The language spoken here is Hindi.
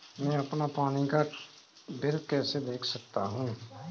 मैं अपना पानी का बिल कैसे देख सकता हूँ?